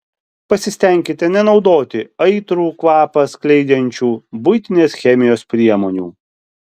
pasistenkite nenaudoti aitrų kvapą skleidžiančių buitinės chemijos priemonių